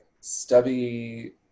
stubby